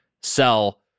sell